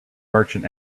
merchant